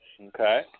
Okay